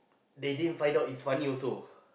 they didn't find out it's funny also